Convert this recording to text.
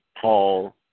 Paul